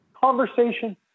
Conversation